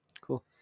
Cool